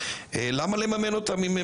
למה לממן אותם?